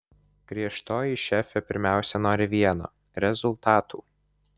griežtoji šefė pirmiausia nori vieno rezultatų